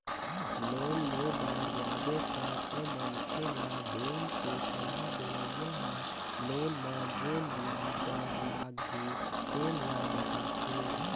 loan ले बर जाबे तअमनखे ल बेंक के सलाह देवइया ह लोन म जेन बियाज दर लागही तेन ल बताथे